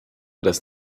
das